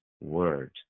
word